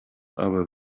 aber